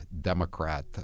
Democrat